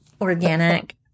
organic